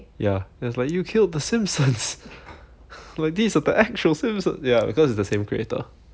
ya then it's like you killed the simpsons like this are the actual simpsons ya because it's the same creator